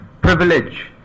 privilege